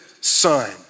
son